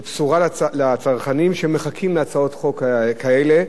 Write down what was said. זו בשורה לצרכנים שמחכים להצעות חוק כאלה,